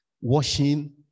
washing